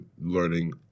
learning